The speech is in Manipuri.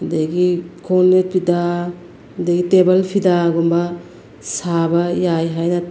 ꯑꯗꯒꯤ ꯈꯣꯡꯅꯦꯠ ꯐꯤꯗꯥ ꯑꯗꯒꯤ ꯇꯦꯕꯜ ꯐꯤꯗꯥꯒꯨꯝꯕ ꯁꯥꯕ ꯌꯥꯏ ꯍꯥꯏꯅ